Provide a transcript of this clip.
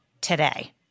today